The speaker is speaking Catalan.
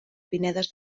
pinedes